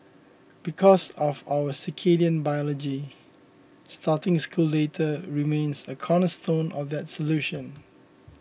because of our circadian biology starting school later remains a cornerstone of that solution